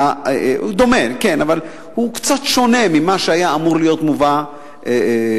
אולי קצת שונה ממה שהיה אמור להיות מובא מלכתחילה.